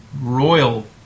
royal